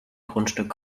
grundstück